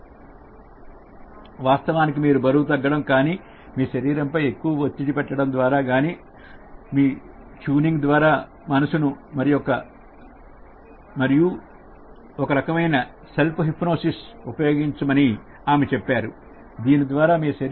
వాస్తవానికి మీరు బరువు తగ్గడం కానీ మీ శరీరంపై ఎక్కువ ఒత్తిడి పెట్టడం ద్వారా కాకుండా మీ tuning ద్వారా మనసు మరియు ఒక రకమైన సెల్ఫ్ హిప్నోసిస్ ఉపయోగించమని ఆమె చెప్పారు దీని ద్వారా మీ శరీరాన్ని మనసును మార్చడానికి సహాయపడును